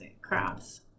crafts